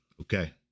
okay